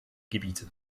gebiete